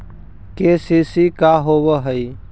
KCC का होव हइ?